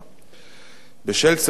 בשל צירוף נסיבות שכללו,